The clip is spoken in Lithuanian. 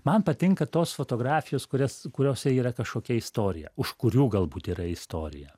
man patinka tos fotografijos kurias kuriose yra kažkokia istorija už kurių galbūt yra istorija